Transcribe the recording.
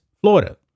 Florida